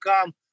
come